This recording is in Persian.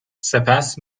سپس